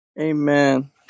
Amen